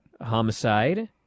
Homicide